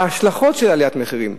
אלא ההשלכות של עליית המחירים.